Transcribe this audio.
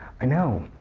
i know.